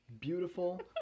Beautiful